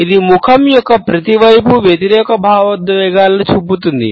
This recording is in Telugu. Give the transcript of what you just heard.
ఇది ముఖం యొక్క ప్రతి వైపు వ్యతిరేక భావోద్వేగాలను చూపిస్తుంది